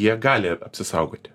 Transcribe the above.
jie gali apsisaugoti